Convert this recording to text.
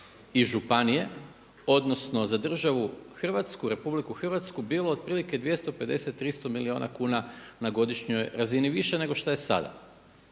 i županije odnosno za državu Hrvatsku, Republiku Hrvatsku bilo otprilike 250, 300 milijuna kuna na godišnjoj razini više nego što je sada.